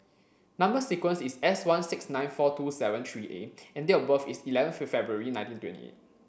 number sequence is S one six nine four two seven three A and date of birth is eleventh February nineteen twenty eight